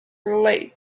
relate